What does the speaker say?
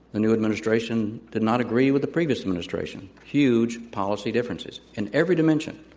the new administration did not agree with the previous administration, huge policy differences in every dimension.